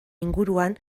inguruan